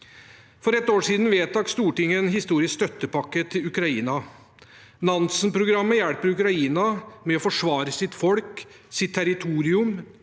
For et år siden vedtok Stortinget en historisk støttepakke til Ukraina. Nansen-programmet hjelper Ukraina med å forsvare sitt folk og sitt territorium